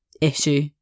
issue